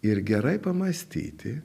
ir gerai pamąstyti